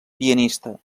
pianista